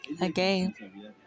again